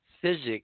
physics